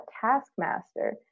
Taskmaster